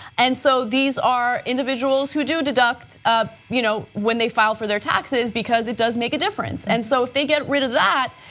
and so these are individuals who do deduct ah you know when they file for their taxes because it does make a difference. and so if they get rid of that,